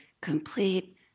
complete